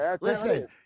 listen